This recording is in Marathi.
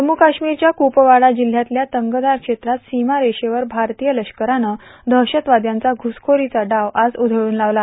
जम्मू काश्मीरच्या कुपवाडा जिल्हयातल्या तंगधार क्षेत्रात सीमारेषेवर भारतीय लष्करानं दहशतवाद्यांचा घ्रसखोरीचा डाव आज उधळून लावला